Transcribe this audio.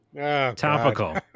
topical